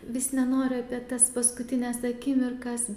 vis nenoriu apie tas paskutines akimirkas